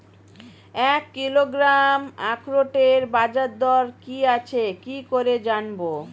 এক কিলোগ্রাম আখরোটের বাজারদর কি আছে কি করে জানবো?